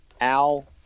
al